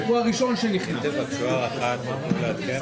אגב גם המדינה לא צריכה לבקש מבתי משפט דברים